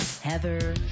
Heather